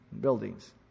buildings